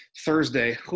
Thursday